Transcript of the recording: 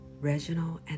Reginald